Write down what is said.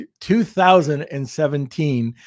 2017